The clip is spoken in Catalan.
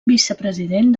vicepresident